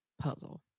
puzzle